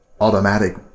automatic